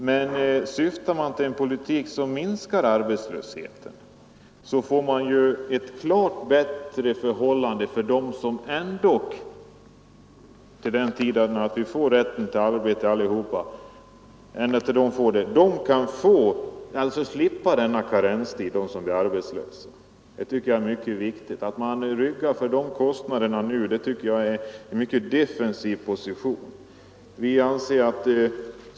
Men syftar man till en politik som minskar arbetslösheten, får man ett bättre förhållande för de arbetslösa — tills alla får rätt till arbete — om de slipper denna karenstid. Det tycker jag är mycket viktigt. Att nu rygga för kostnaderna är en mycket defensiv position.